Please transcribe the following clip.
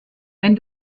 wenn